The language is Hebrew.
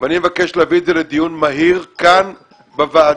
ואני מבקש להביא את זה לדיון מהיר כאן בוועדה,